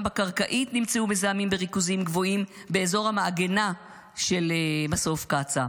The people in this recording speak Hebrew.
גם בקרקעית נמצאו מזהמים בריכוזים גבוהים באזור המעגנה של מסוף קצא"א,